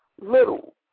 little